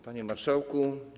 Panie Marszałku!